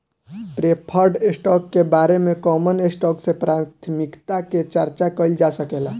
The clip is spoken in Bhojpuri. प्रेफर्ड स्टॉक के बारे में कॉमन स्टॉक से प्राथमिकता के चार्चा कईल जा सकेला